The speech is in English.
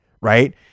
right